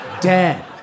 dead